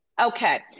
Okay